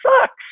sucks